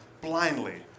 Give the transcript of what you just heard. blindly